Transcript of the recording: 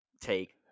take